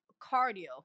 cardio